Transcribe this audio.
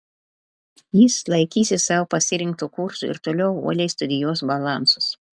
jis laikysis savo pasirinkto kurso ir toliau uoliai studijuos balansus